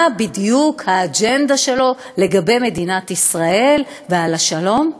בדיוק האג'נדה שלו לגבי מדינת ישראל ועל השלום?